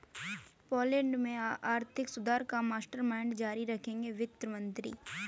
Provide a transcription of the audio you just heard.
Poland के आर्थिक सुधार का मास्टरमाइंड जारी रखेंगे वित्त मंत्री